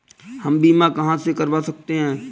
हम बीमा कहां से करवा सकते हैं?